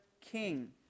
king